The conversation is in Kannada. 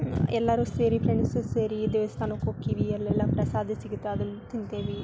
ಎಲ್ಲಾರು ಸೇರಿ ಫ್ರೆಂಡ್ಸ್ ಸೇರಿ ದೇವಸ್ಥಾನಕ್ಕೆ ಹೊಕ್ಕೀವಿ ಅಲ್ಲೆಲ್ಲ ಪ್ರಸಾದ ಸಿಗುತ್ತೆ ಅದನ್ನ ತಿಂತೇವಿ